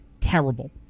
terrible